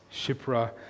Shipra